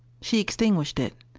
she extinguished it.